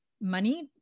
money